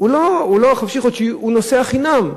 נוסע חינם,